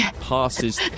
passes